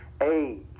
age